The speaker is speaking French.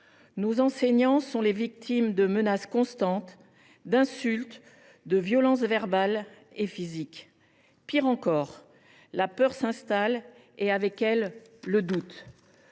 Nos enseignants sont les victimes de menaces constantes, d’insultes et de violences verbales et physiques. Pis encore, la peur s’installe et, avec elle, le doute